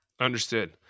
understood